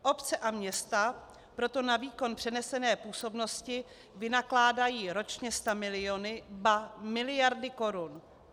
Obce a města proto na výkon přenesené působnosti vynakládají ročně stamiliony, ba miliardy korun.